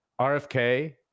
RFK